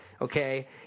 okay